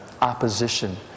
opposition